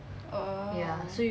oh